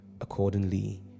accordingly